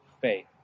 faith